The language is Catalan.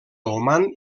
oman